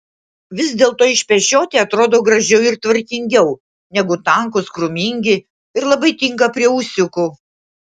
vis dėlto išpešioti atrodo gražiau ir tvarkingiau negu tankūs krūmingi ir labai tinka prie ūsiukų